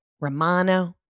Romano